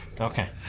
Okay